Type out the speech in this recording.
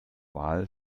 wahl